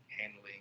handling